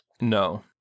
No